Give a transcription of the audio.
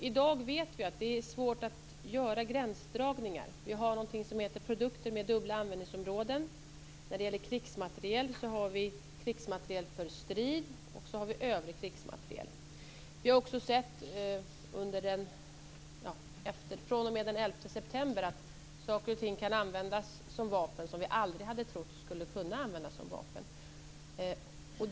I dag vet vi att det är svårt att göra gränsdragningar. Vi har något som heter produkter med dubbla användningsområden. När det gäller krigsmateriel har vi krigsmateriel för strid och övrig krigsmateriel. fr.o.m. den 11 september har vi också sett att saker och ting som vi aldrig trodde kunde användas som vapen kan det.